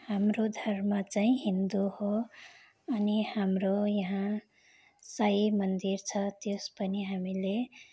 हाम्रो धर्म चाहिँ हिन्दू हो अनि हाम्रो यहाँ साई मन्दिर छ त्यस पनि हामीले